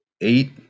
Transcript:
eight